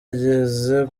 ageze